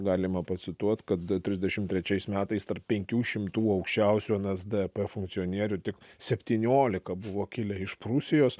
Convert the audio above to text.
galima pacituot kad trisdešim trečiais metais tarp penkių šimtų aukščiausių nsdap funkcionierių tik septyniolika buvo kilę iš prūsijos